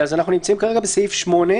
אנחנו נמצאים כרגע בסעיף 8,